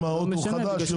אם האוטו חדש זה יותר.